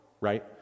Right